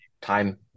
time